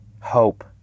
Hope